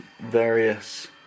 various